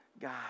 God